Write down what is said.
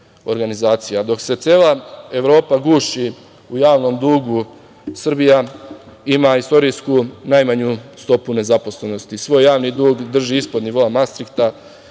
se cela Evropa guši u javnom dugu Srbija ima istorijsku najmanju stopu nezaposlenosti, svoj javni dug drži ispod nivoa Mastrihta